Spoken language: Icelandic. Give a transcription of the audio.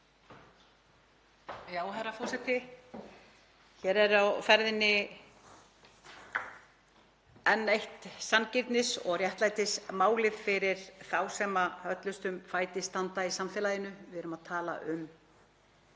Herra forseti. Hér er á ferðinni enn eitt sanngirnis- og réttlætismálið fyrir þá sem höllustum fæti standa í samfélaginu. Við erum að tala um